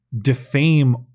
defame